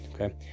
Okay